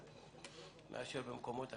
מאשר במקומות אחרים.